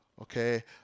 okay